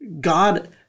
God